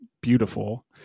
beautiful